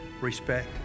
respect